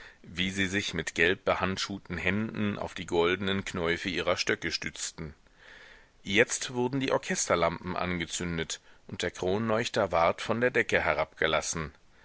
wie sie sich mit gelbbehandschuhten händen auf die goldenen knäufe ihrer stöcke stützten jetzt wurden die orchesterlampen angezündet und der kronleuchter ward von der decke herabgelassen